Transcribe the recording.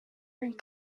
and